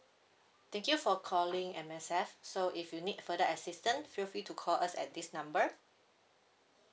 thank you for calling M_S_F so if you need further assistant feel free to call us at this number